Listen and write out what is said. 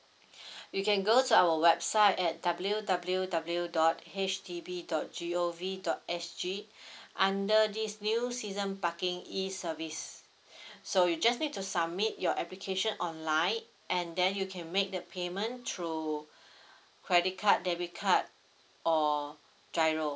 you can go to our website at W W W dot H D B dot G O V dot S G under this new season parking E service so you just need to submit your application online and then you can make the payment through credit card debit card or giro